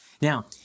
Now